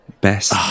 Best